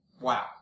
Wow